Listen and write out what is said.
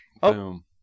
Boom